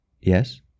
Yes